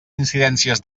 incidències